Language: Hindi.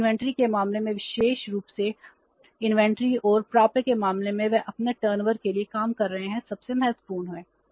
इसलिए इन्वेंट्री के मामले में विशेष रूप से इन्वेंट्री और प्राप्य के मामले में वे अपने टर्नओवर के लिए काम कर रहे हैं सबसे महत्वपूर्ण है